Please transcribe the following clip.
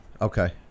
Okay